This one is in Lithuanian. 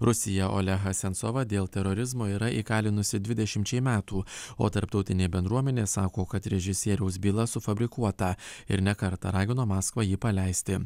rusija olehą sensovą dėl terorizmo yra įkalinusi dvidešimčiai metų o tarptautinė bendruomenė sako kad režisieriaus byla sufabrikuota ir ne kartą ragino maskvą jį paleisti